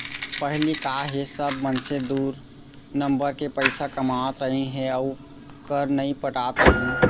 पहिली का हे सब मनसे दू नंबर के पइसा कमावत रहिन हे अउ कर नइ पटात रहिन